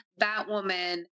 Batwoman